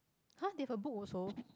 !huh! they have a book also